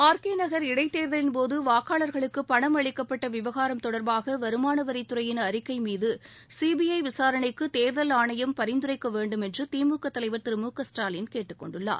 R K Nagar இடைத்தேர்தலின்போது வாக்காளர்களுக்கு பணம் அளிக்கப்பட்ட விவகாரம் தொடர்பாக வருமான வரித்துறையின் அறிக்கை மீது சிபிஐ விசாரணைக்கு தேர்தல் ஆணையம் பரிந்துரைக்க வேண்டும் என்று திழக தலைவர் திரு மு க ஸ்டாலின் கேட்டுக்கொண்டுள்ளார்